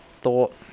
thought